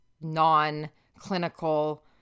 non-clinical